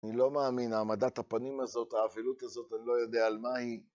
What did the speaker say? אני לא מאמין, העמדת הפנים הזאת, האבילות הזאת, אני לא יודע על מה היא.